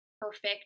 perfect